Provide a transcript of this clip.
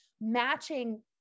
matching